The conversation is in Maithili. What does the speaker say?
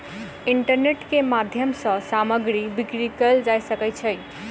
इंटरनेट के माध्यम सॅ सामग्री बिक्री कयल जा सकै छै